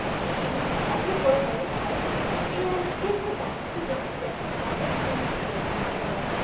she shut her door very tight and did her best to look as if nothing unusual had occurred.